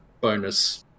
bonus